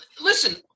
Listen